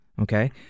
okay